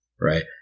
right